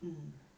嗯